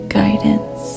guidance